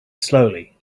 slowly